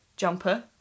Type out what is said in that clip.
jumper